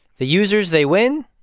the users, they win,